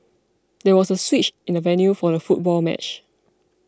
there was a switch in the venue for the football match